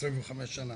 25 שנה